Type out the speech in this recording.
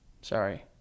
Sorry